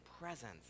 presence